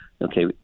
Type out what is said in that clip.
Okay